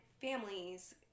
families